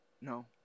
No